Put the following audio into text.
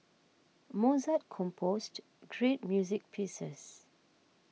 Mozart composed great music pieces